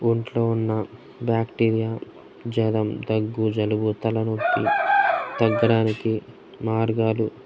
ఒంట్లో ఉన్న బ్యాక్టీరియా జరం దగ్గు జలుబు తలనొప్పి తగ్గడానికి మార్గాలు